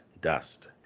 dust